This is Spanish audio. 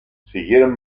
siguieron